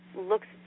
looks